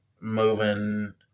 moving